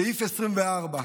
סעיף 24: